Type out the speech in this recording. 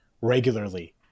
regularly